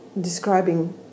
describing